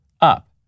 up